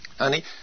Honey